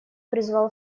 призвал